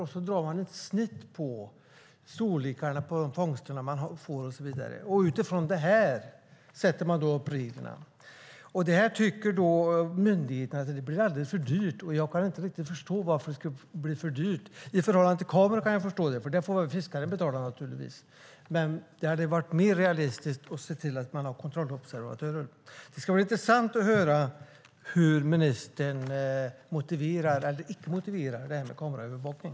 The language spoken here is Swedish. De drar ett snitt på fångsternas storlek, och utifrån det sätter man upp reglerna. Det tycker myndigheten blir alldeles för dyrt. Jag kan inte riktigt förstå varför det ska bli för dyrt. I förhållande till kameror kan jag förstå det, för dem får naturligtvis fiskarna betala. Men det hade varit mer realistiskt att se till att man har kontrollobservatörer. Det ska bli intressant att höra hur ministern motiverar eller icke motiverar förslaget om kameraövervakning.